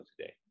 today